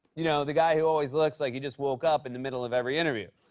you know, the guy who always looks like he just woke up in the middle of every interview.